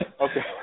Okay